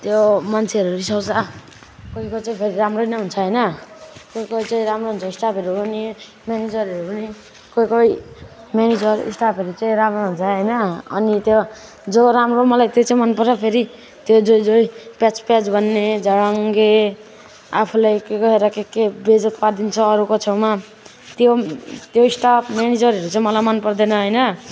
त्यो मान्छेहरू रिसाउँछ कोही कोही चाहिँ फेरि राम्रै नै हुन्छ होइन कोही कोही चाहिँ राम्रो स्टाफहरू पनि म्यानेजरहरू पनि कोही कोही म्यानेजर स्टाफहरू चाहिँ राम्रो हुन्छ होइन अनि त्यो जो राम्रो मलाई त्यो चाहिँ मन पर्छ फेरि त्यो जो जोही प्याच प्याच भन्ने झडङ्गे आफूलाई के गएर के के बेइज्जत पारिदिन्छ अरूको छेउमा त्यो त्यो स्टाफ म्यानेजरहरू चाहिँ मलाई मन पर्दैन होइन